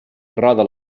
roda